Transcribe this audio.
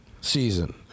season